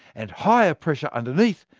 and higher pressure underneath,